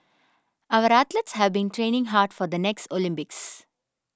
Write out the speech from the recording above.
our athletes have been training hard for the next Olympics